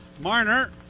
Marner